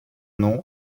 nom